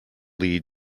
lead